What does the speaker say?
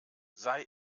sei